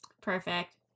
perfect